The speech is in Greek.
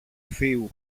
θείου